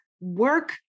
work